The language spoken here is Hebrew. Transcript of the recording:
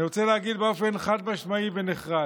אני רוצה להגיד באופן חד-משמעי ונחרץ: